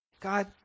God